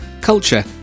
culture